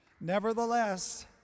Nevertheless